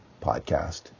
podcast